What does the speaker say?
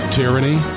tyranny